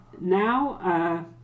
now